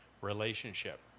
relationship